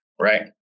right